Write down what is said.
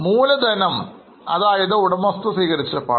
മൂലധനം അതായത് ഉടമസ്ഥർ നിക്ഷേപിച്ച പണം